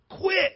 Quit